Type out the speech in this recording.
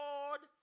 Lord